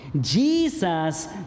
Jesus